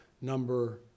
Number